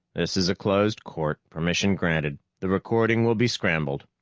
this is a closed court. permission granted. the recording will be scrambled.